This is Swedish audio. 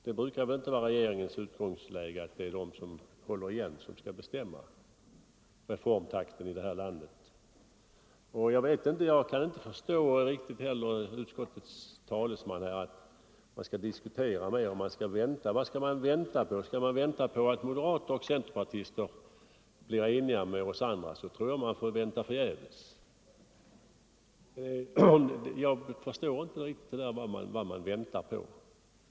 Det brukar väl inte vara regeringens utgångsläge att låta dem som håller igen bestämma reformtakten. Jag kan inte heller förstå utskottets talesman, när han säger att man skall diskutera och vänta. Om vi skall vänta på att moderater och centerpartister skall bli eniga med oss andra, då tror jag att vi får vänta förgäves. Jag förstår alltså inte vad man väntar på.